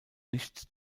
nicht